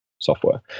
Software